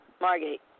Margate